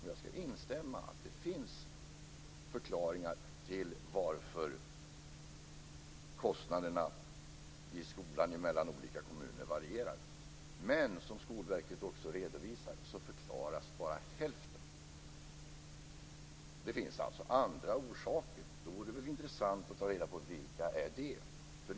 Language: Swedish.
Jag ska instämma i att det finns förklaringar till varför kostnaderna för skolan varierar mellan olika kommuner. Men, som Skolverket också redovisar, bara hälften förklaras. Det finns alltså andra orsaker. Då vore det väl intressant att ta reda på vilka de är.